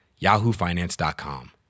yahoofinance.com